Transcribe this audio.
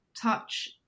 touch